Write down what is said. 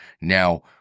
Now